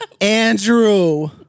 Andrew